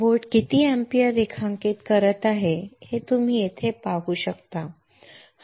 बोट किती अँपिअर रेखांकित करत आहे हे तुम्ही येथे पॉवर पाहू शकता का